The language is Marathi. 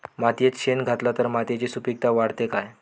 मातयेत शेण घातला तर मातयेची सुपीकता वाढते काय?